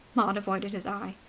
maud avoided his eye.